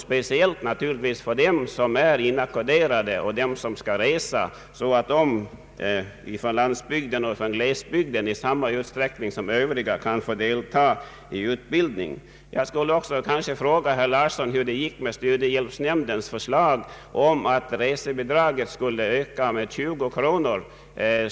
Särskilt gäller detta dem som är inackorderade och som skall resa, så att människor från landsbygd och glesbygd kan få delta i utbildning i samma utsträckning som andra. Jag skulle kanske fråga herr Larsson hur det gick med studiehjälpsnämndens förslag att resebidragen skulle öka med 20 kronor.